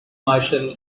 marshal